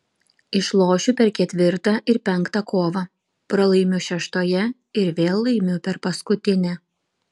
išlošiu per ketvirtą ir penktą kovą pralaimiu šeštoje ir vėl laimiu per paskutinę